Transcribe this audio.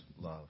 love